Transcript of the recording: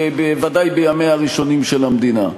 ודאי בימיה הראשונים של המדינה.